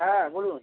হ্যাঁ বলুন